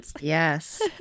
Yes